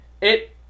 It-